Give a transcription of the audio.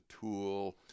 tool